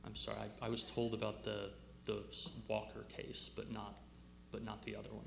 i'm sorry i was told about the those walker case but not but not the other one